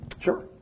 Sure